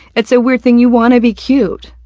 it's a weird thing. you wanna be cute.